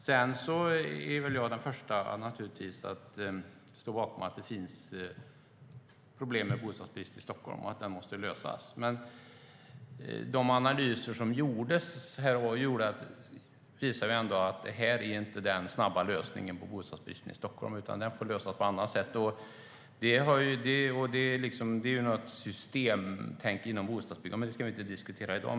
Sedan är jag naturligtvis den förste att ställa mig bakom att det finns ett problem med bostadsbristen i Stockholm och att det måste lösas. Men de analyser som gjordes visar ändå att det här inte är den snabba lösningen på bostadsbristen i Stockholm, utan den får lösas på annat sätt. Det finns ett systemtänk inom bostadsbyggandet, men det ska vi inte diskutera i dag.